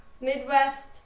Midwest